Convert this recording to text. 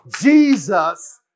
Jesus